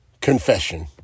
confession